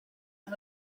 and